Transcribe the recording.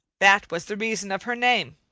that was the reason of her name.